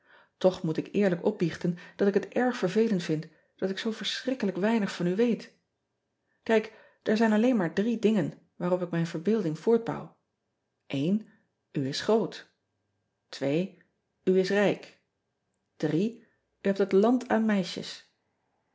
och moet ik eerlijk opbiechten dat ik het erg vervelend vind dat ik zoo verschrikkelijk weinig van u weet ijk daar zijn alleen maar drie dingen waarop ik mijn verbeelding voortbouw is groot is rijk hebt het land aan meisjes